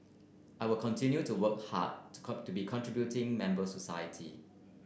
I will continue to work hard to come to be contributing members society